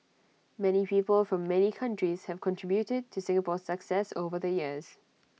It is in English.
many people from many countries have contributed to Singapore's success over the years